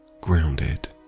grounded